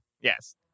Yes